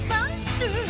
Monster